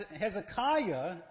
Hezekiah